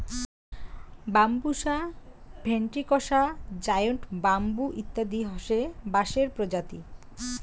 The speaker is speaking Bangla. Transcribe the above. বাম্বুসা ভেন্ট্রিকসা, জায়ন্ট ব্যাম্বু ইত্যাদি হসে বাঁশের প্রজাতি